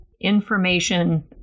information